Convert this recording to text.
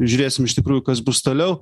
žiūrėsim iš tikrųjų kas bus toliau